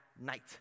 night